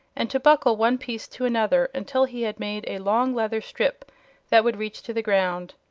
and to buckle one piece to another until he had made a long leather strip that would reach to the ground.